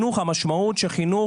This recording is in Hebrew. המשמעות של חינוך,